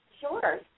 Sure